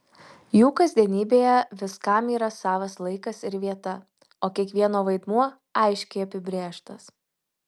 jų kasdienybėje viskam yra savas laikas ir vieta o kiekvieno vaidmuo aiškiai apibrėžtas